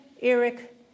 Eric